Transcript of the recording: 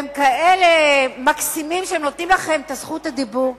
והם כאלה מקסימים שהם נותנים לכם את זכות הדיבור?